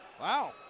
wow